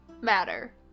matter